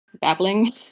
babbling